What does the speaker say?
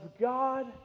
God